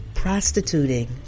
Prostituting